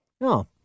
No